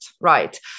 right